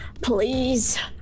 Please